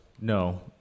no